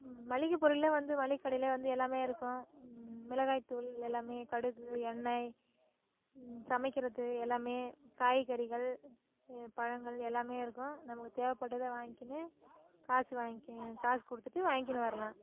மளிகைப் பொருள்லாம் வந்து மளிகை கடையிலேயே வந்து எல்லாம் இருக்கும் மிளகாய் தூள் எல்லாம் கடுகு எண்ணெய் சமைக்கிறது எல்லாம் காய்கறிகள் பழங்கள் எல்லாம் இருக்கும் நமக்கு தேவைப்பட்டதை வாங்கிக்கினு காசு வாங்கிக் காசு கொடுத்துட்டு வாங்கிக்கினு வரலாம்